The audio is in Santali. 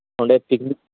ᱚᱸᱰᱮ ᱯᱤᱠᱱᱤᱠ